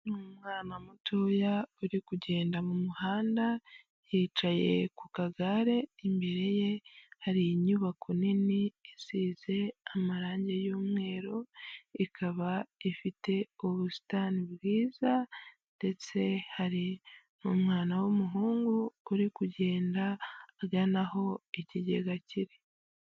Umwana mutoya uri kugenda mu muhanda yicaye ku kagare imbere ye hari inyubako nini isize amarangi y'umweru, ikaba ifite ubusitani bwiza ndetse hari n'umwana w'umuhungu uri kugenda agana aho ikigega kiri.